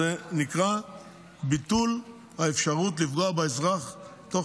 זה נקרא ביטול האפשרות לפגוע באזרח תוך